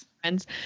friends